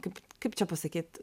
kaip kaip čia pasakyt